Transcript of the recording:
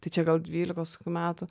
tai čia gal dvylikos kokių metų